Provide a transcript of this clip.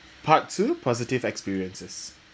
part two positive experiences